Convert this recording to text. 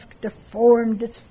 deformed